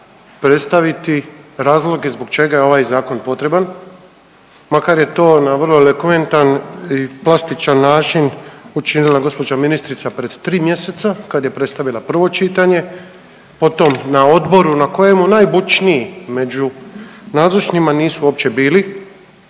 predstaviti razloge zbog čega je ovaj zakon potreban makar je tona vrlo elokventan i plastičan način učinila gospođa ministrica pred 3 mjeseca kad je predstavila prvo čitanje, potom na odboru na kojemu najbučniji među nazočnima nisu uopće bili,